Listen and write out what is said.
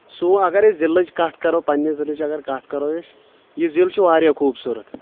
سُہ اگر أسۍ ضلعٕچ کتھ کرو پننہِ ضلعٕچ اگر کتھ کرو أسۍ یہِ ضلعہٕ چھُ واریاہ خوبصوٗرت